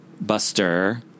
Buster